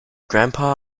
grandfather